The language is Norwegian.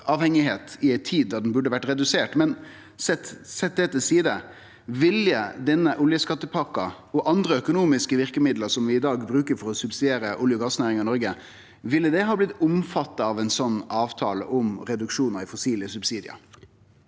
i ei tid då ho burde vore redusert, men med det sett til side – ville denne oljeskattepakka og andre økonomiske verkemiddel som vi i dag bruker for å subsidiere olje- og gassnæringa i Noreg, ha blitt omfatta av ein sånn avtale om reduksjonar i fossile subsidiar?